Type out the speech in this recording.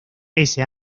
ese